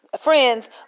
friends